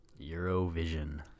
Eurovision